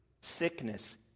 sickness